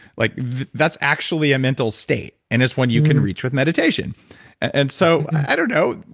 like that's actually a mental state, and it's one you can reach with meditation and so i don't know.